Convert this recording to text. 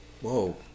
Whoa